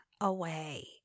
away